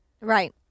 Right